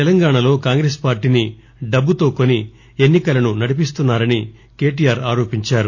తెలంగాణలో కాంగ్రెస్ పార్టీని డబ్బుతో కొని ఎన్సి కలకు నడిపిస్తున్నా రని కేటీఆర్ ఆరోపించారు